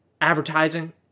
advertising